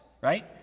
right